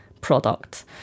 product